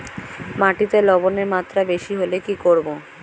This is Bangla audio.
মাটিতে লবণের মাত্রা বেশি হলে কি করব?